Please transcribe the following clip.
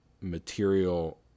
material